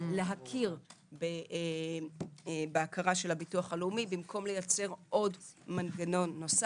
להכיר בהכרה של הביטוח הלאומי במקום לייצר עוד מנגנון נוסף.